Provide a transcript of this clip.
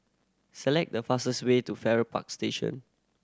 select the fastest way to Farrer Park Station